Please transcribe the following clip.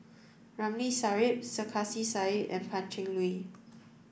Ramli Sarip Sarkasi Said and Pan Cheng Lui